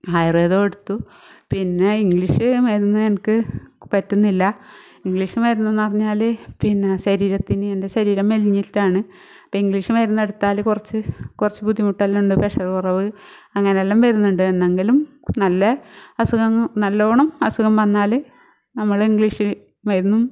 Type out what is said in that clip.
ആയുർവേദം എടുത്തു പിന്നെ ഇംഗ്ലീഷ് മരുന്ന് എനിക്ക് പറ്റുന്നില്ല ഇംഗ്ലീഷ് മരുന്നെന്ന് പറഞ്ഞാൽ പിന്നെ ശരീരത്തിന് എൻ്റെ ശരീരം മെലിഞ്ഞിട്ടാണ് അപ്പം ഇംഗ്ലീഷ് മരുന്നെടുത്താൽ കുറച്ച് കുറച്ച് ബുദ്ധിമുട്ടെല്ലാം ഉണ്ട് പ്രഷറ് കുറവ് അങ്ങനെയെല്ലാം വരുന്നുണ്ട് എന്നെങ്കിലും നല്ല അസുഖങ്ങൾ നല്ലോണം അസുഖം വന്നാൽ നമ്മൾ ഇംഗ്ലീഷ് മരുന്നും